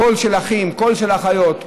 קול של אחיות,